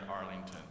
Arlington